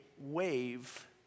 wave